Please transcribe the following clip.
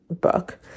book